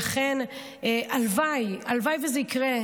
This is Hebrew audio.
הלוואי שזה יקרה.